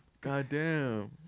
Goddamn